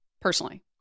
personally